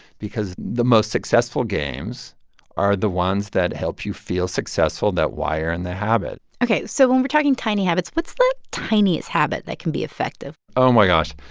because the most successful games are the ones that help you feel successful, that wire in the habit ok, so when we're talking tiny habits, what's the tiniest habit that can be effective? oh, my gosh.